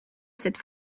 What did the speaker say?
cette